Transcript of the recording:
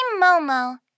Momo